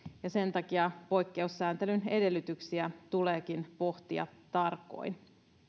ja sen takia poikkeussääntelyn edellytyksiä tuleekin pohtia tarkoin